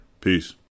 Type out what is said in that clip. peace